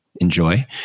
enjoy